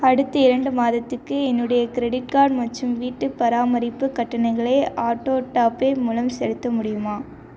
அடுத்து இரண்டு மாதத்துக்கு என்னுடைய க்ரெடிட் கார்ட் மற்றும் வீட்டுப்பராமரிப்பு கட்டணங்களை ஆட்டோ டாபே மூலம் செலுத்த முடியுமா